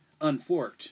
unforked